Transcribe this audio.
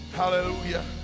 Hallelujah